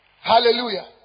Hallelujah